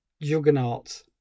juggernaut